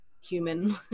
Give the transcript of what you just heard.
human